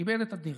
שאיבד את הדרך.